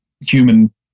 human